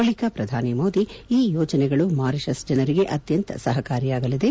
ಬಳಿಕ ಪ್ರಧಾನಿ ಮೋದಿ ಈ ಯೋಜನೆಗಳು ಮಾರಿಷಸ್ ಜನರಿಗೆ ಅತ್ಲಂತ ಸಹಕಾರಿಯಾಗಲಿದೆ